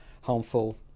harmful